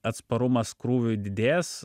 atsparumas krūviui didės